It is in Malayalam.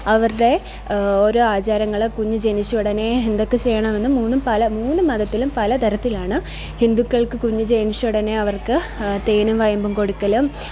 അവരുടെ ഒരോ ആചാരങ്ങള് കുഞ്ഞ് ജനിച്ചയുടനെ എന്തൊക്കെ ചെയ്യണമെന്നും മൂന്നു മതത്തിലും പല തരത്തിലാണ് ഹിന്ദുക്കള്ക്ക് കുഞ്ഞു ജനിച്ചയുടനെ അവര്ക്ക് തേനും വയമ്പും കൊടുക്കലും